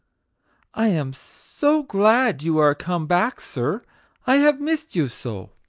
i am so glad you are come back, sir i have missed you so!